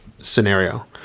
scenario